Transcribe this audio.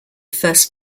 first